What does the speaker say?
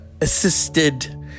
assisted